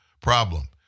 problem